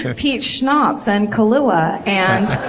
peach schnapps and kahlua! and.